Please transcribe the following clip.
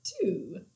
two